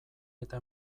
eta